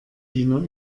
diener